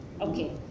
Okay